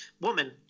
woman